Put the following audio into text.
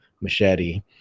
machete